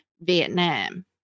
Vietnam